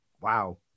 wow